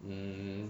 mm